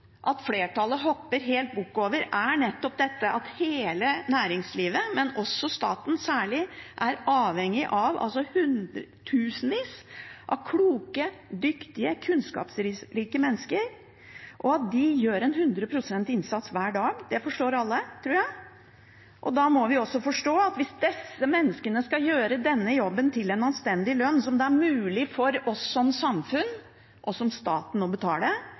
at flertallet hopper helt bukk over, er nettopp dette at hele næringslivet, men særlig staten, er avhengig av tusenvis av kloke, dyktige, kunnskapsrike mennesker, og at de gjør en hundre prosent innsats hver dag. Det forstår alle, tror jeg. Da må vi også forstå at hvis disse menneskene skal gjøre denne jobben til en anstendig lønn som det er mulig for oss som samfunn og som stat å betale,